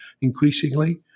increasingly